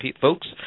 folks